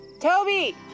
Toby